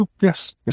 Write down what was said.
Yes